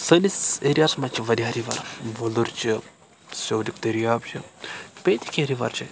سٲنِس ایریاہَس منٛز چھِ واریاہ رِوَر وُلُر چھِ سیود دٔریاب چھِ بیٚیہِ تہِ کینٛہہ رِوَر چھِ